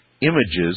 images